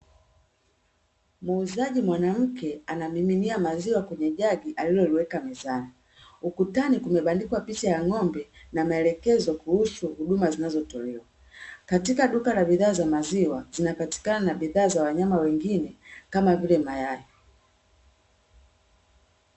Muuzaji mwanamke anamiminia maziwa kwenye jagi aliloliweka mizani, ukutani kumebandikwa picha ya ng'ombe na maelekezo kuhusu huduma zinazotolewa katika duka la bidhaa za maziwa zinapatikana na bidhaa za wanyama wengine kama vile mayai.